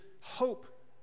hope